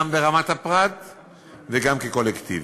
גם ברמת הפרט וגם כקולקטיב.